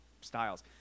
styles